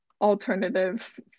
alternative